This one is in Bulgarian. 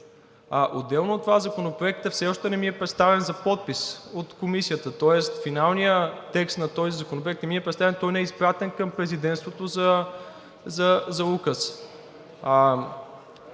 отделно от това, Законопроектът все още не ми е представен за подпис от Комисията, тоест финалният текст на този законопроект не ми е представен, той не е изпратен към Президентството за указ.